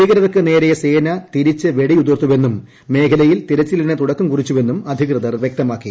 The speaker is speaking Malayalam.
ഭീകർക്ക് നേരെ സേന തിരിച്ച് വെടിയുതിർത്തുവെന്നും മേഖലയിൽ തിരച്ചിലിന് തുടക്കം കുറിച്ചുവെന്നും അധികൃതർ വ്യക്തമാക്കി